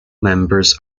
members